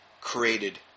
created